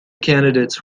candidates